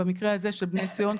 במקרה הזה של "בני ציון",